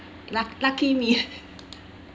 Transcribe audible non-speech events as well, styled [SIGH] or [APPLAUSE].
luck lucky me [LAUGHS]